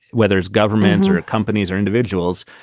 whether it's governments or companies or individuals,